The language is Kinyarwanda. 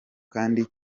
kandi